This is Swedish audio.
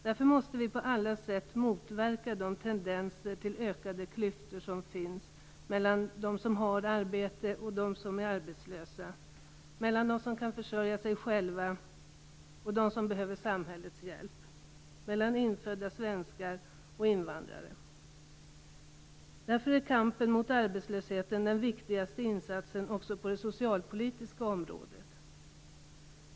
Därför måste vi på alla sätt motverka de tendenser till ökade klyftor som finns mellan dem som har arbete och dem som är arbetslösa, mellan dem som kan försörja sig själva och dem som behöver samhällets hjälp, mellan infödda svenskar och invandrare. Därför är kampen mot arbetslösheten den viktigaste insatsen också på det socialpolitiska området.